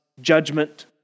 judgment